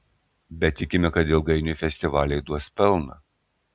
bet tikime kad ilgainiui festivaliai duos pelną